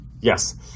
Yes